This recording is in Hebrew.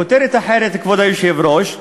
כותרת אחרת, כבוד היושב-ראש,